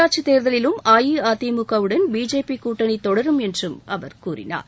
உள்ளாட்சித் தேர்தலிலும் அஇஅதிமுகவுடன் பிஜேபி கூட்டணி தொடரும் என்றும் அவர் கூறினார்